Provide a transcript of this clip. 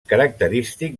característic